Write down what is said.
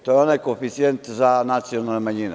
To je onaj koeficijent za nacionalne manjina.